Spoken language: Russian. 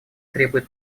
требует